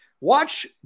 watch